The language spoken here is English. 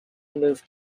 moved